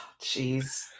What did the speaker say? Jeez